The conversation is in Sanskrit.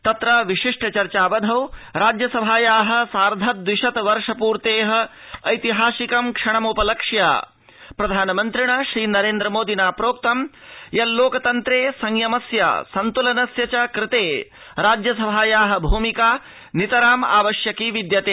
तत्र विशिष्ट चर्चावधौ राज्यसभाया सार्ध द्विशत वर्ष पूर्ते एितहासिकं क्षणम्पलक्ष्य प्रधानमन्त्रिणा श्रीनरेन्द्र मोदिना प्रोक्तं यल्लोकतन्त्रे संयमस्य संतुलनस्य च कृते राज्यसभाया भूमिका नितरामावश्यकी विद्यते